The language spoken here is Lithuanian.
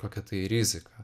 kokią tai riziką